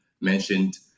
mentioned